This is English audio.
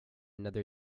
another